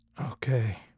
Okay